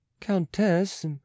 countess